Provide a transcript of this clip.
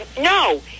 No